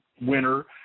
winner